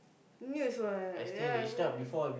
muse what that one